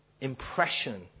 impression